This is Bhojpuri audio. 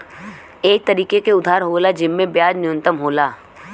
एक तरीके के उधार होला जिम्मे ब्याज न्यूनतम होला